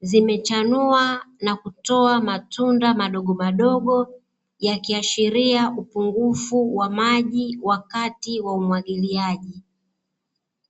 zimechanua na kutoa matunda madogomadogo, yakiashiria upungufu wa maji wakati wa umwagiliaji.